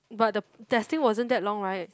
but the testing wasn't that long right